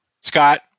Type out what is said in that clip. Scott